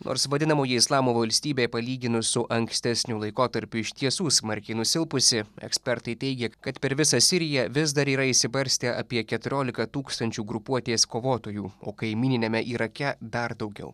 nors vadinamoji islamo valstybė palyginus su ankstesniu laikotarpiu iš tiesų smarkiai nusilpusi ekspertai teigia kad per visą siriją vis dar yra išsibarstę apie keturiolika tūkstančių grupuotės kovotojų o kaimyniniame irake dar daugiau